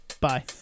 Bye